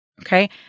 Okay